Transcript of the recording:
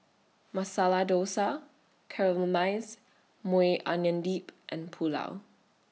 Masala Dosa Caramelized Maui Onion Dip and Pulao